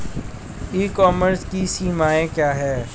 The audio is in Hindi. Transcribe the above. ई कॉमर्स की सीमाएं क्या हैं?